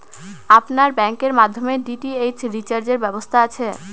আপনার ব্যাংকের মাধ্যমে ডি.টি.এইচ রিচার্জের ব্যবস্থা আছে?